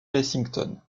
lexington